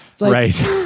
Right